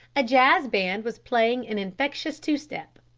a jazz band was playing an infectious two-step.